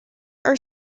are